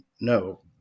no